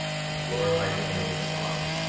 and glorified the name of the father,